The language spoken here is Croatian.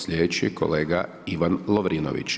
Sljedeći je kolega Ivan Lovrinović.